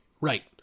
Right